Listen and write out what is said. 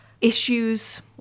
issues